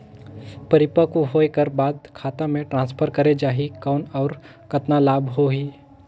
परिपक्व होय कर बाद खाता मे ट्रांसफर करे जा ही कौन और कतना लाभ होही?